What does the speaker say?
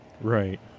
Right